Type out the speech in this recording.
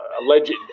alleged